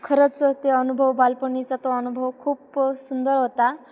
खरंच ते अनुभव बालपणीचा तो अनुभव खूप सुंदर होता